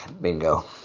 Bingo